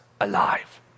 alive